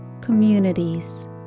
communities